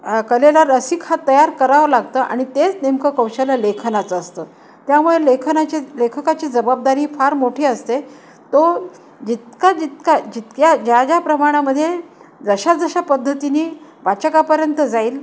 कलेला रसीक हा तयार करावं लागतं आणि तेच नेमकं कौशल्य लेखनाचं असतं त्यामुळे लेखनाची लेखकाची जबाबदारी फार मोठी असते तो जितका जितका जितक्या ज्या ज्या प्रमाणामध्ये जशा जशा पद्धतीनी वाचकापर्यंत जाईल